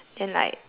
then like